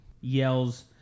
yells